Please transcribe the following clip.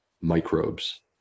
microbes